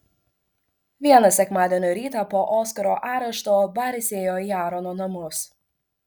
vieną sekmadienio rytą po oskaro arešto baris ėjo į aarono namus